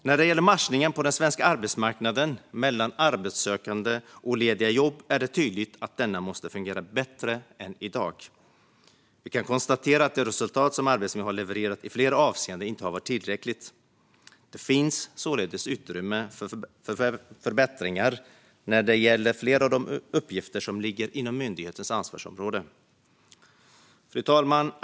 När det gäller matchningen på den svenska arbetsmarknaden mellan arbetssökande och lediga jobb är det tydligt att denna måste fungera bättre än i dag. Vi kan konstatera att det resultat som Arbetsförmedlingen har levererat i flera avseenden inte har varit tillräckligt. Det finns således utrymme för förbättringar när det gäller flera av de uppgifter som ligger inom myndighetens ansvarsområde. Fru talman!